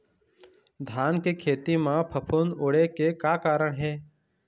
धान के खेती म फफूंद उड़े के का कारण हे?